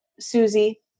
Susie